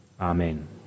Amen